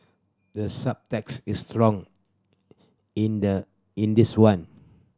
the subtext is strong in the in this one